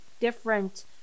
different